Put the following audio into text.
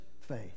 faith